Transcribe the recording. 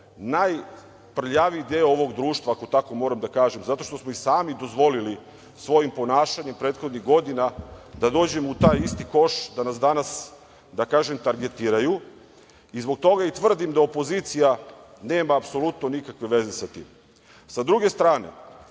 najprljaviji deo ovog društva, ako tako moram da kažem, jer smo sami dozvolili svojim ponašanjem prethodnih godina, da dođemo u taj isti koš i da nas danas targetiraju i zbog toga tvrdim da opozicija nema apsolutno nikakve veze sa tim. Sa druge strane,